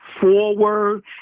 forward